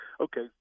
okay